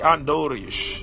Andorish